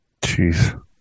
Jeez